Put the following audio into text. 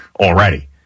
already